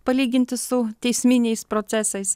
palyginti su teisminiais procesais